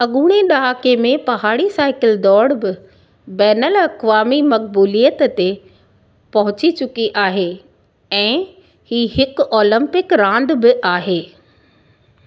अगूणे ड॒हाके में पहाड़ी साइकिल दौड़ बि बैनल अक्वामी मक़बूलियत ते पहुची चुकी आहे ऐं ही हिकु ओलंपिक रांदि बि आहे